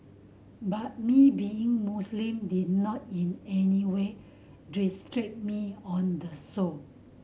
but me being Muslim did not in any way restrict me on the show